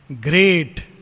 Great